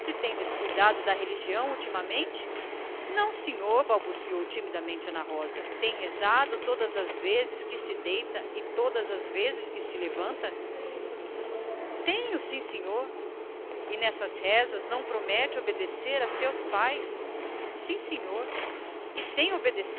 ultimamente descuidado da religião não senhor balbuciou ana rosa por detrás do lenço tem rezado todas as vezes que se deita e todas as vezes que se levanta tenho sim senhor e nessas rezas não promete obedecer a seus pais prometo sim senhor e tem cumprido tenho